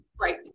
Right